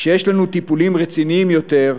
כשיש לנו טיפולים רציניים יותר,